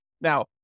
Now